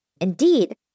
Indeed